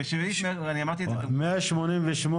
188,